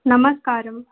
నమస్కారం